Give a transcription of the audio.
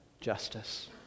justice